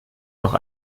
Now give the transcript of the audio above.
noch